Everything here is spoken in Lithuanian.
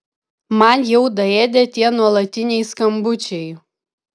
man jau daėdė tie nuolatiniai skambučiai